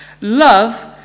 Love